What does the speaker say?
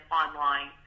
online